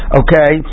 okay